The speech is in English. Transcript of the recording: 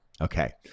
Okay